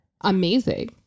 Amazing